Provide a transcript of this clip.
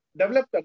develop